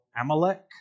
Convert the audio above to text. Amalek